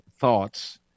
thoughts